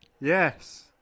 Yes